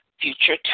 future